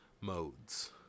modes